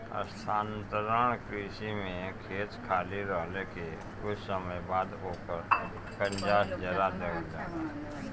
स्थानांतरण कृषि में खेत खाली रहले के कुछ समय बाद ओकर कंजास जरा देवल जाला